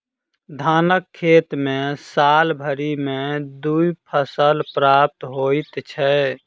धानक खेत मे साल भरि मे दू फसल प्राप्त होइत छै